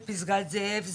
בפסגת זאב,